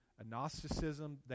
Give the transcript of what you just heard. agnosticism